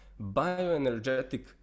bioenergetic